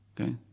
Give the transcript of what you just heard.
Okay